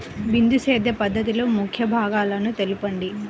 బిందు సేద్య పద్ధతిలో ముఖ్య భాగాలను తెలుపండి?